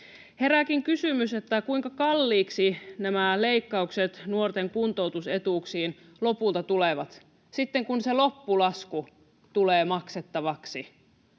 Herääkin kysymys, kuinka kalliiksi nämä leikkaukset nuorten kuntoutusetuuksiin lopulta tulevat, sitten kun se loppulasku tulee maksettavaksi,